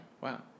Wow